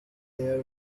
there